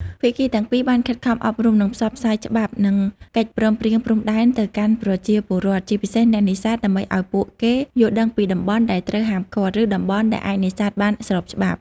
ភាគីទាំងពីរបានខិតខំអប់រំ និងផ្សព្វផ្សាយច្បាប់ និងកិច្ចព្រមព្រៀងព្រំដែនទៅកាន់ប្រជាពលរដ្ឋ ជាពិសេសអ្នកនេសាទ ដើម្បីឱ្យពួកគេយល់ដឹងពីតំបន់ដែលត្រូវហាមឃាត់ ឬតំបន់ដែលអាចនេសាទបានស្របច្បាប់។